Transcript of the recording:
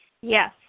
Yes